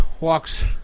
walks